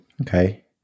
Okay